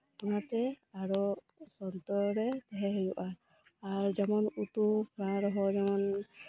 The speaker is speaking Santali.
ᱚᱱᱟᱛᱮ ᱟᱨᱦᱚᱸ ᱥᱚᱱᱛᱚᱨ ᱨᱮ ᱛᱟᱦᱮᱸ ᱦᱳᱭᱳᱜᱼᱟ ᱟᱨ ᱡᱮᱢᱚᱱ ᱩᱛᱩ ᱵᱟᱝ ᱨᱮᱦᱚᱸ